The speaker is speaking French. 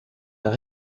par